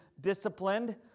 disciplined